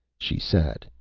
she sat,